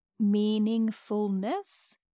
meaningfulness